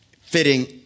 fitting